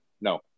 No